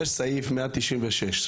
יש סעיף 196,